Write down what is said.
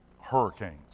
hurricanes